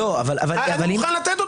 אני מוכן לתת אותם.